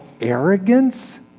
arrogance